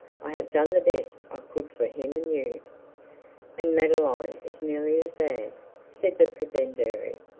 i have done the best i could for him and you and madeline is nearly as bad said the prebendary,